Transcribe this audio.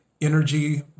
energy